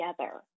together